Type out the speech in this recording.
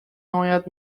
حمایت